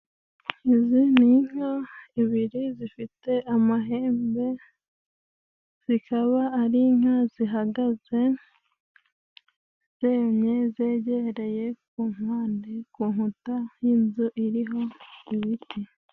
Izi ni inka ebiri zifite amahembe .Zikaba ari inka zihagaze zemye zegereye ku mpande ku nkuta y'inzu iriho ibiti.